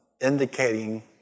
indicating